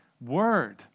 word